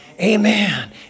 Amen